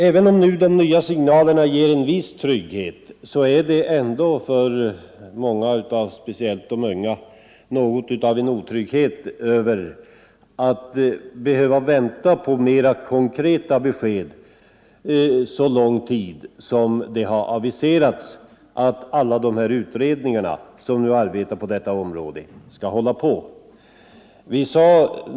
Även om de nya signalerna inger en viss trygghet är det, speciellt för många av de unga, något otryggt att behöva vänta på mera konkreta besked under så lång tid som det har aviserats att alla de utredningar som arbetar på jordbrukets område skall pågå.